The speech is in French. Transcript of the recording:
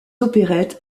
opérettes